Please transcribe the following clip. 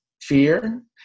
fear